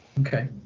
Okay